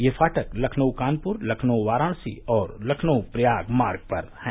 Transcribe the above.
ये फाटक लखनऊ कानपूर लखनऊ वाराणसी और लखनऊ प्रयाग मार्ग पर हैं